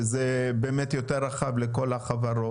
שזה יותר רחב ומתייחס לכל החברות?